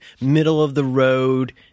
middle-of-the-road